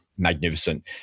Magnificent